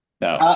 No